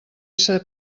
essa